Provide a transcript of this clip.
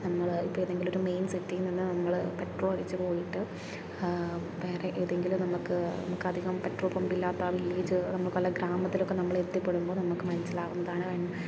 നമ്മൾ ഇപ്പോൾ ഏതെങ്കിലും ഒരു മെയിൻ സിറ്റിയിൽ നിന്ന് നമ്മൾ പെട്രോളടിച്ച് പോയിട്ട് വേറെ ഏതെങ്കിലും നമ്മൾക്ക് നമുക്കധികം പെട്രോൾ പമ്പില്ലാത്ത വില്ലേജ് ഗ്രാമത്തിലൊക്കെ നമ്മളെത്തിപ്പെടുമ്പോൾ നമ്മൾക്ക് മനസ്സിലാവുന്നതാണ്